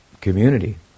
community